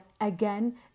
again